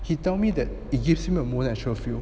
he told me that it gives him a more natural feel